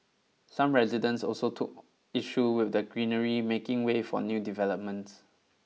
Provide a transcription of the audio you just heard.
some residents also took issue with the greenery making way for new developments